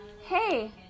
Hey